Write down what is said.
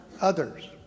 others